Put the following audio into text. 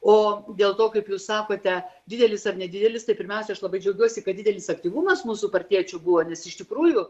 o dėl to kaip jūs sakote didelis ar nedidelis tai pirmiausia aš labai džiaugiuosi kad didelis aktyvumas mūsų partiečių buvo nes iš tikrųjų